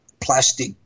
plastic